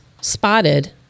spotted